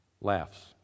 laughs